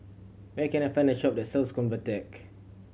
where can I find a shop that sells Convatec